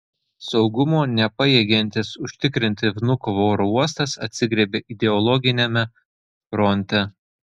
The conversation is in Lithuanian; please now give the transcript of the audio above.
saugumo nepajėgiantis užtikrinti vnukovo oro uostas atsigriebia ideologiniame fronte